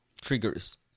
triggers